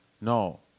No